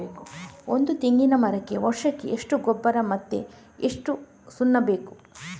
ಒಂದು ತೆಂಗಿನ ಮರಕ್ಕೆ ವರ್ಷಕ್ಕೆ ಎಷ್ಟು ಗೊಬ್ಬರ ಮತ್ತೆ ಎಷ್ಟು ಸುಣ್ಣ ಬೇಕು?